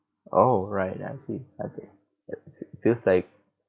oh right I see I see feels like